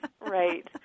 right